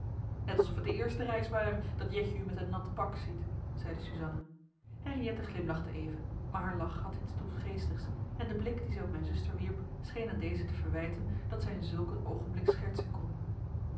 net alsof het de eerste reis ware dat jetje u met een nat pak ziet zeide suzanna henriëtte glimlachte even maar haar lach had iets droefgeestigs en de blik dien zij op mijn zuster wierp scheen aan deze te verwijten dat zij in zulk een oogenblik schertsen kon